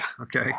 okay